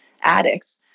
addicts